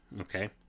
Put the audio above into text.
okay